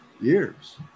years